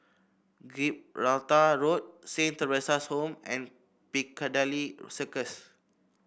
Gibraltar Road Saint Theresa's Home and Piccadilly Circus